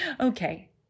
okay